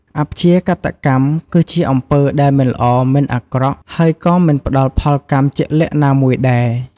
អព្យាកតកម្ម គឺជាអំពើដែលមិនល្អ មិនអាក្រក់ ហើយក៏មិនផ្តល់ផលកម្មជាក់លាក់ណាមួយដែរ។